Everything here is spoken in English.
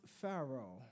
Pharaoh